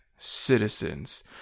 citizens